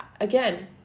again